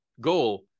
goal